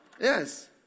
Yes